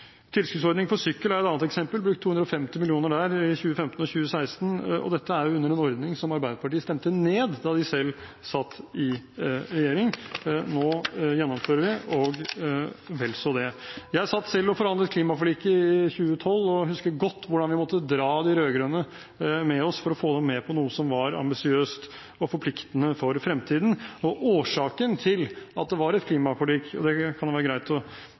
Tilskuddsordning for sykkel er et annet eksempel, det er brukt 250 mill. kr der i 2015 og 2016, og dette er jo under en ordning som Arbeiderpartiet stemte ned da de selv satt i regjering. Nå gjennomfører vi – og vel så det. Jeg satt selv og forhandlet klimaforliket i 2012 og husker godt hvordan vi måtte dra de rød-grønne med oss for å få dem med på noe som var ambisiøst og forpliktende for fremtiden. Årsaken til at det var et klimaforlik – og det kan det være greit